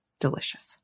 Delicious